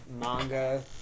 manga